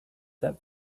that